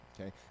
okay